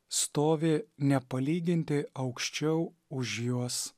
stovi nepalyginti aukščiau už juos